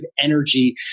energy